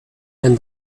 and